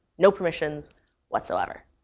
no permissions whatsoever,